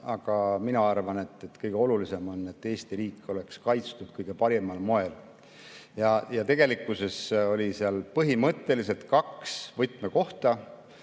Aga mina arvan, et kõige olulisem on, et Eesti riik oleks kaitstud kõige paremal moel. Tegelikkuses oli seal põhimõtteliselt kaks võtmekohta.